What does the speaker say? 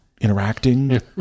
interacting